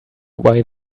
why